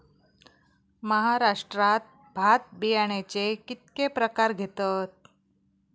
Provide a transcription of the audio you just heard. महाराष्ट्रात भात बियाण्याचे कीतके प्रकार घेतत?